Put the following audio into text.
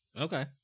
Okay